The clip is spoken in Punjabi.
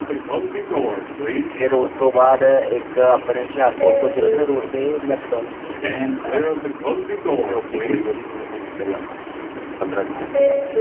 ਸਾਰੇ ਮਿਲ ਜਾਂਦੇ ਫੇਰ ਉਸ ਤੋਂ ਬਾਅਦ ਇੱਕ ਆਪਣੇ ਹੁਸ਼ਿਆਰਪੁਰ ਤੋਂ ਜਲੰਧਰ ਰੋਡ 'ਤੇ ਮੈਕਡੋਨਲ ਖੁੱਲ੍ਹ ਗਿਆ ਨਵੀਂ ਓਪਨਿੰਗ ਹੋਈ ਉਹਦੀ ਥੋੜ੍ਹੇ ਦਿਨ ਪਹਿਲਾਂ ਪੰਦਰ੍ਹਾਂ ਵੀਹ ਦਿਨ ਪਹਿਲਾਂ